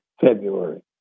February